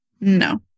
no